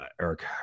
eric